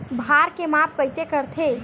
भार के माप कइसे करथे?